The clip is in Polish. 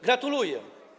Gratuluję.